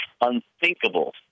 unthinkable